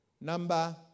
Number